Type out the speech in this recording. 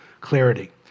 clarity